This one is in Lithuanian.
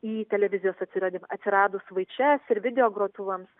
į televizijos atsiradimą atsiradus vaičes ir video grotuvams